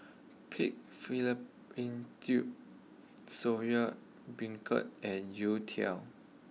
Pig Fallopian Tubes Soya Beancurd and Youtiao